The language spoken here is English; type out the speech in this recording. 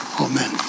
Amen